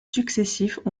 successifs